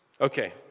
Okay